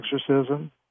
exorcism